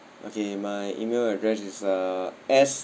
okay my email address is uh S